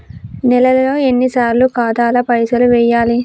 నెలలో ఎన్నిసార్లు ఖాతాల పైసలు వెయ్యాలి?